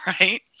right